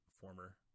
former